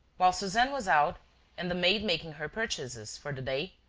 while suzanne was out and the maid making her purchases for the day,